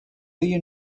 you